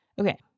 Okay